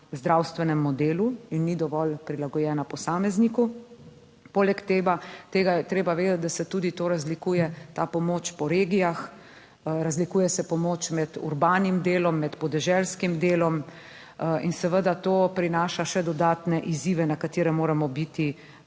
zdravstvenem modelu in ni dovolj prilagojena posamezniku. Poleg tega je treba vedeti, da se tudi to razlikuje, ta pomoč po regijah. Razlikuje se pomoč med urbanim delom, med podeželskim delom in seveda to prinaša še dodatne izzive, na katere moramo biti